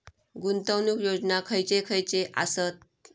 गुंतवणूक योजना खयचे खयचे आसत?